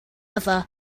other